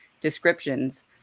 descriptions